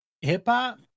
hip-hop